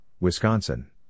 Wisconsin